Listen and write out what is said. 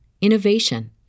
innovation